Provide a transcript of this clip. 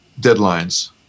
deadlines